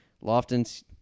Lofton's